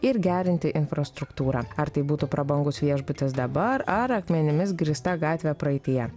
ir gerinti infrastruktūrą ar tai būtų prabangus viešbutis dabar ar akmenimis grįsta gatvė praeityje